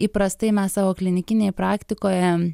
įprastai mes savo klinikinėj praktikoje